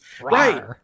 Right